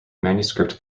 manuscript